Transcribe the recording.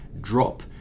drop